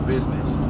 business